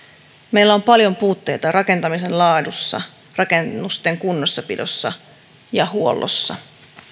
meillä on paljon puutteita rakentamisen laadussa sekä rakennusten kunnossapidossa ja huollossa